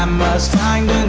um must find